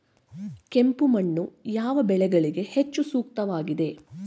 ಕೆಂಪು ಮಣ್ಣು ಯಾವ ಬೆಳೆಗಳಿಗೆ ಹೆಚ್ಚು ಸೂಕ್ತವಾಗಿದೆ?